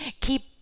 keep